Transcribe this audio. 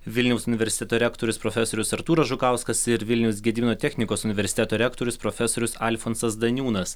vilniaus universiteto rektorius profesorius artūras žukauskas ir vilniaus gedimino technikos universiteto rektorius profesorius alfonsas daniūnas